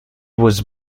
was